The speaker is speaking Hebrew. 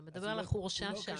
אתה מדבר על החורשה שם.